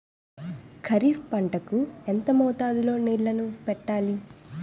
ఖరిఫ్ పంట కు ఎంత మోతాదులో నీళ్ళని పెట్టాలి?